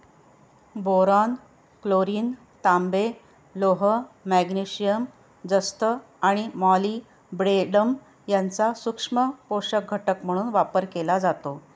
boron, chlorine, तांबे, लोह, magnesium, जस्त आणि मॉलिब्डेनम यांचा सूक्ष्म पोषक घटक म्हणून वापर केला जातो